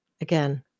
Again